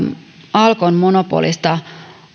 alkon monopolista